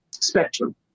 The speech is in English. Spectrum